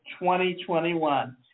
2021